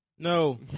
No